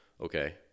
Okay